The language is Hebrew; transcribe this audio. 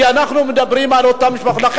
כי אנחנו מדברים על אותן משפחות.